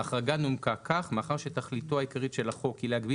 ההחרגה נומקה כך מאחר שתכליתו העיקרית של החוק היא להגביל